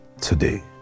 today